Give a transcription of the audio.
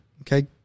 Okay